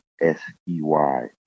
S-E-Y